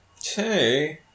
Two